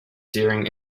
during